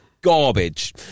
garbage